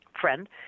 friend